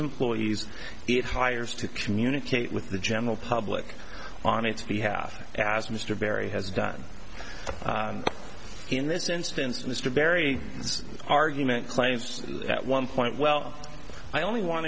employees it hires to communicate with the general public on its behalf as mr barry has done in this instance mr barry argument claims at one point well i only want